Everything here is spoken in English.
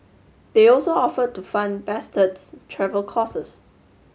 they also offered to fun Bastard's travel costs